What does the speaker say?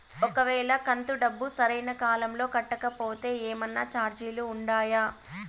ఒక వేళ కంతు డబ్బు సరైన కాలంలో కట్టకపోతే ఏమన్నా చార్జీలు ఉండాయా?